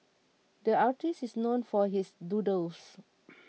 the artist is known for his doodles